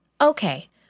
Okay